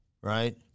right